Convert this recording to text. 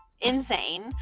insane